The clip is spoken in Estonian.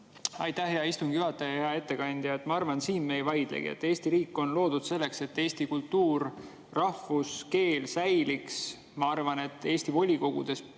Aitäh, hea istungi juhataja! Hea ettekandja! Ma arvan, siin me ei vaidlegi. Eesti riik on loodud selleks, et eesti kultuur, rahvus ja keel säiliks. Ma arvan, et Eesti volikogudes, kõigis